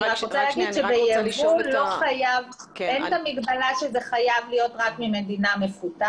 אני רק רוצה לומר שביבוא את המגבלה שזה חייב להיות רק ממדינה מפותחת.